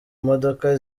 imodoka